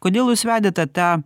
kodėl jūs vedėte tą